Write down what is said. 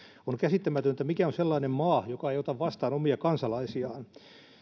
on käsittämätöntä mikä on sellainen maa joka ei ota vastaan omia kansalaisiaan